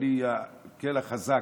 אני האל החזק,